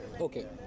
Okay